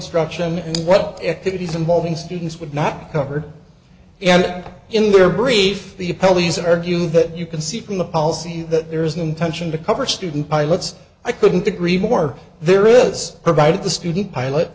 instruction and what activities involving students would not be covered and in their brief the pelleas argue that you can see from the policy that there is no intention to cover student pilots i couldn't agree more there is provided the student pilot